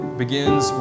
begins